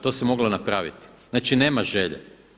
To se moglo napraviti, znači nema želje.